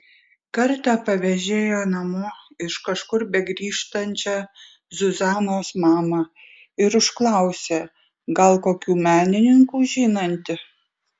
kartą pavežėjo namo iš kažkur begrįžtančią zuzanos mamą ir užklausė gal kokių menininkų žinanti